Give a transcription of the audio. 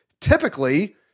typically